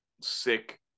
sick